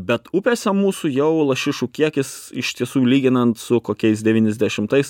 bet upėse mūsų jau lašišų kiekis iš tiesų lyginant su kokiais devyniasdešimtais